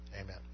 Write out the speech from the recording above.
Amen